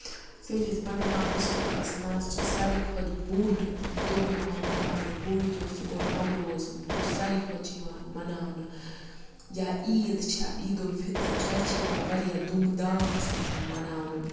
سٲنس بَڈگام ڈِسٹرکَس منٛز چھِ ساروی کھۄتہٕ بوٚڑ دۄہ یِوان مَناونہٕ بوٚڑ دۄہ سُہ گوٚو نَوروز یُس ساروی کھۄتہٕ چھُ یِوان مَناونہٕ یا عیٖد چھےٚ عیٖدالفِطر سۄ تہِ چھِ یِوان واریاہ دوٗم دامہٕ سۭتۍ مَناونہٕ